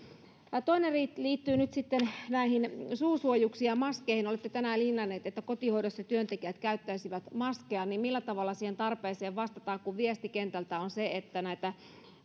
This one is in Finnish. toinen liittyy nyt sitten näihin suusuojuksiin ja maskeihin olette tänään linjanneet että kotihoidossa työntekijät käyttäisivät maskeja millä tavalla siihen tarpeeseen vastataan kun viesti kentältä on se että näitä